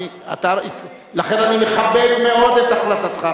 לכן אני מכבד מאוד את החלטתך,